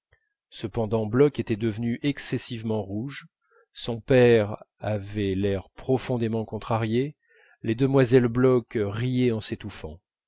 cependant bloch était devenu excessivement rouge son père avait l'air profondément contrarié les demoiselles bloch riaient en